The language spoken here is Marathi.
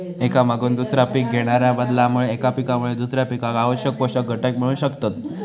एका मागून दुसरा पीक घेणाच्या बदलामुळे एका पिकामुळे दुसऱ्या पिकाक आवश्यक पोषक घटक मिळू शकतत